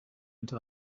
into